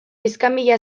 iskanbila